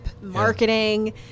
marketing